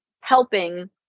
helping